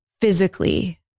physically